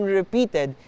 repeated